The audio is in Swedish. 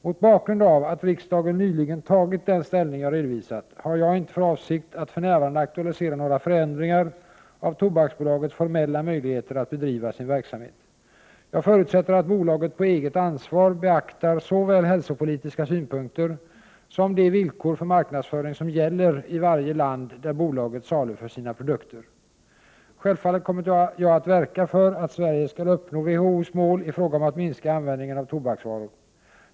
Mot bakgrund av att riksdagen nyligen tagit ställning som jag har redovisat har jag inte för avsikt att för närvarande aktualisera några förändringar av Tobaksbolagets formella möjligheter att bedriva sin verksamhet. Jag förutsätter att bolaget på eget ansvar beaktar såväl hälsopolitiska synpunkter som de villkor för marknadsföring som gäller i varje land där bolaget saluför sina produkter. Självfallet kommer jag att verka för att Sverige skall uppnå WHO:s mål i fråga om att minska användningen av tobaksvaror.